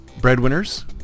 breadwinners